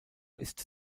ist